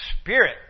spirit